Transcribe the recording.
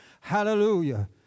hallelujah